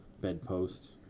bedpost